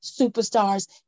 superstars